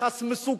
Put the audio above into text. אפילו יחס מסוכן.